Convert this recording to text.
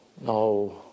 No